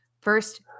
First